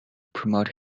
promote